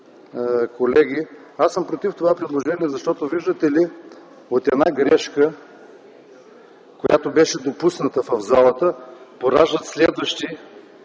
колеги! Аз съм против това предложение, защото, виждате ли, една грешка, която беше допусната в залата, поражда следващи